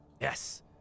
yes